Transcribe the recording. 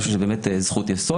אני חושב שזאת באמת זכות יסוד.